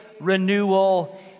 renewal